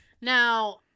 Now